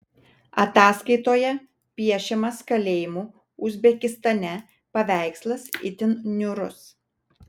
ataskaitoje piešiamas kalėjimų uzbekistane paveikslas itin niūrus